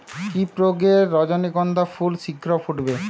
কি প্রয়োগে রজনীগন্ধা ফুল শিঘ্র ফুটবে?